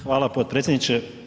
Hvala potpredsjedniče.